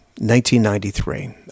1993